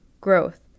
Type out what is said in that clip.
growth